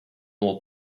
more